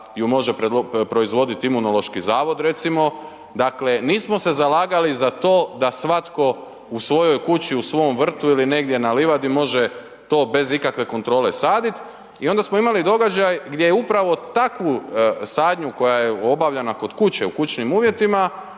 ju može proizvoditi Imunološki zavod, recimo, dakle, nismo se zalagali za to da svatko u svojoj kući, u svom vrtu ili negdje na livadi, može to bez ikakve kontrole sadit i onda smo imali događaj gdje upravo takvu sadnju koja je obavljana kod kuće, u kućnim uvjetima,